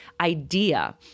idea